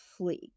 Fleek